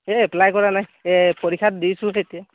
এই এপ্লাই কৰা নাই এই পৰীক্ষা দিছোঁ এতিয়া